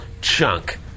chunk